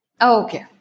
Okay